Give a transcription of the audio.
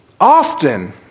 often